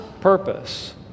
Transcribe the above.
purpose